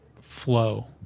flow